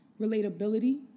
relatability